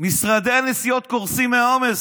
משרדי הנסיעות קורסים מהעומס,